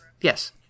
Yes